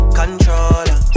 controller